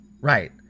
Right